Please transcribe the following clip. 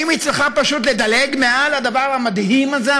האם היא צריכה פשוט לדלג מעל הדבר המדהים הזה,